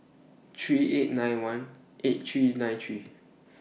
three eight nine one eight three nine three